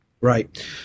Right